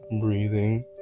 breathing